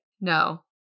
No